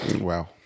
Wow